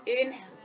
Inhale